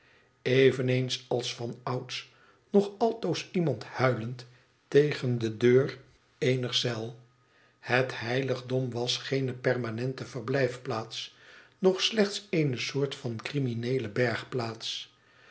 eveneens als vanouds nog altoos iemand huilend tegen de deur eener cel het heiligdom was geene permanente verblijfplaats doch slechts eene soort van crimineele